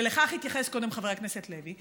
ולכך התייחס קודם חבר הכנסת לוי,